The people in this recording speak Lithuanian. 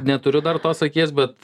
neturiu dar tos akies bet